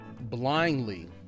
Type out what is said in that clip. Blindly